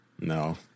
No